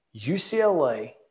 UCLA